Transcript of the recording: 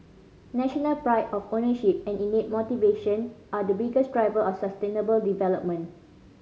national pride of ownership and innate motivation are the biggest driver of sustainable development